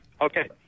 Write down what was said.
Okay